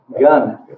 gun